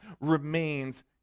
remains